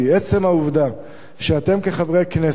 עצם העובדה שאתם, כחברי כנסת,